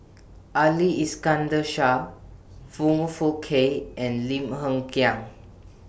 Ali Iskandar Shah Foong Fook Kay and Lim Hng Kiang